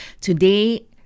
Today